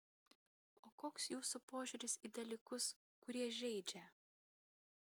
o koks jūsų požiūris į dalykus kurie žeidžia